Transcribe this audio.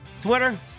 Twitter